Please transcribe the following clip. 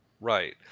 Right